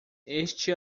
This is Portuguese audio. este